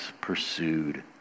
pursued